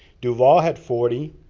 duval had forty.